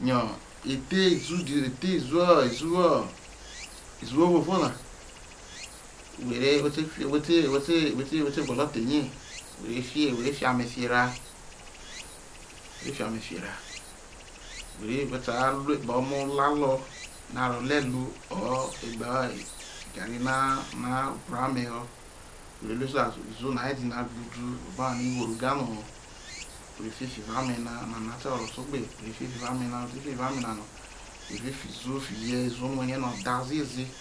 Yo ethe izudho ethe uzuwo izuwo izuwo o izuwo ovovo where whete fie whete whe te whe te gwolo thei whe re whe re fi ame fi hu erae whe je fi ame fiho arae whe re whe sai ruei e kpo omolalo no a rro ole ruor opao gam no a bro ame ho whe re ruel so that izuwo nare dina gbudu o gbe wane woro ga nro no whe re fie fiho evao ame na ame na te horo te ogbe whe re fiefiho evao ame na whe je fiefibo evao amanamo wheve fi izumo fihie izuwo no whe rie no o dha ziezi